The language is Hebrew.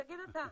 תגיד אתה.